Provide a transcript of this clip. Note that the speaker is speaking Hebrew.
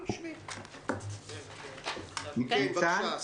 כן, בבקשה,